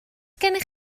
gennych